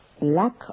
lack